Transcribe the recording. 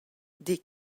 des